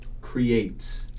creates